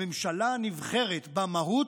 הממשלה הנבחרת, במהות,